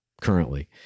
currently